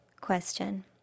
Question